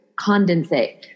condensate